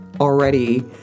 already